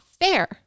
fair